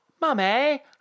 Mummy